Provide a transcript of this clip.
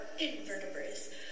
invertebrates